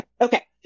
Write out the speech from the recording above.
Okay